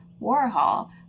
Warhol